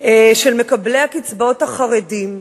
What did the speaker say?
של מקבלי הקצבאות החרדים.